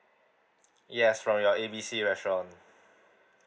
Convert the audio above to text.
yes from your A B C restaurant